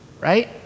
Right